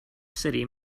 city